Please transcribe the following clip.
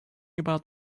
about